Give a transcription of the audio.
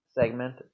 segment